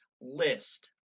list